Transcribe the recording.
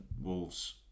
Wolves